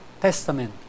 Testament